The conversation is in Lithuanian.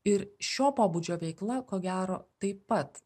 ir šio pobūdžio veikla ko gero taip pat